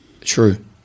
True